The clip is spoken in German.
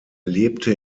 lebte